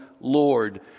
Lord